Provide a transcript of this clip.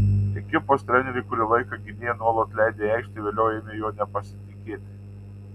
ekipos treneriai kurį laiką gynėją nuolat leidę į aikštę vėliau ėmė juo nepasitikėti